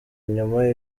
inyuma